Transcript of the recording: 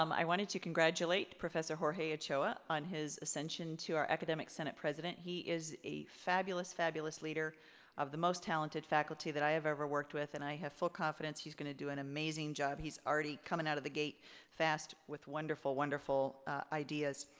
um i wanted to congratulate professor jorge ochoa on his ascension to our academic senate president. he is a fabulous fabulous leader of the most talented faculty that i have ever worked with and i have full confidence he's gonna do an amazing job. he's already coming out of the gate fast with wonderful wonderful ideas.